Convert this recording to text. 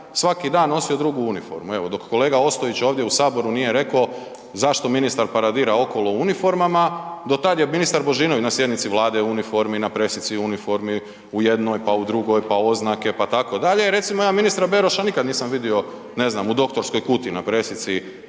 svaki dan nosio drugu uniformu evo, dok kolega Ostojić ovdje u saboru nije reko zašto ministar paradira okolo u uniformama, dotad je ministar Božinović na sjednici Vlade u uniformi, na presici u uniformi, u jednoj, pa u drugoj, pa oznake, pa tako dalje. Recimo, ja ministra Beroša nikad nisam vidio, ne znam, u doktorskoj kuti na presici